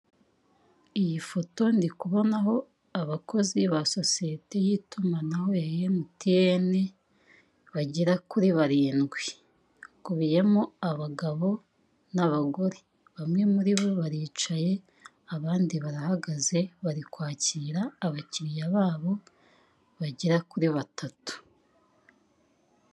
Iyi foto ndi kubonaho abakozi ba sosiyete y'itumanaho ya MTN bagera kuri barindwi, hakubiyemo abagabo n'abagore, bamwe muri bo baricaye abandi barahagaze bari kwakira abakiriya babo bagera kuri batatu.